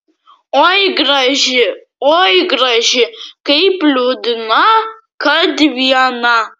oi graži oi graži kaip liūdna kad viena